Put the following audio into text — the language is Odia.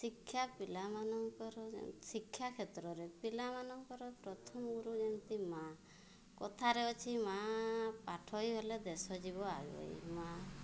ଶିକ୍ଷା ପିଲାମାନଙ୍କର ଶିକ୍ଷା କ୍ଷେତ୍ରରେ ପିଲାମାନଙ୍କର ପ୍ରଥମ ଗୁରୁ ଯେମିତି ମାଆ କଥାରେ ଅଛି ମାଆ ପାଠୋଇ ଗଲେ ଦେଶ ଯିବ ଆଗେଇ ମାଆ